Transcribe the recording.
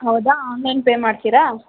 ಹೌದಾ ಆಮೇಲೆ ಪೇ ಮಾಡ್ತೀರಾ